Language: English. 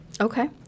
Okay